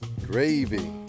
Gravy